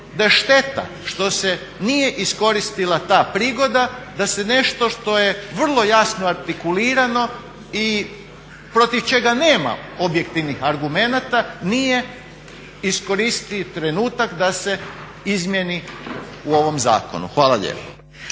da je šteta što se nije iskoristila ta prigoda da se nešto što je vrlo jasno artikulirano i protiv čega nema objektivnih argumenata nije iskoristio trenutak da se izmjeni u ovom zakonu. Hvala lijepo.